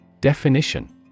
Definition